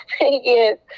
Yes